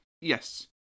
Yes